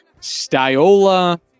Stiola